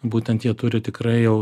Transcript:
būtent jie turi tikrai jau